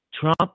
Trump